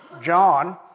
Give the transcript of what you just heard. John